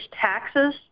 taxes